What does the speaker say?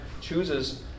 chooses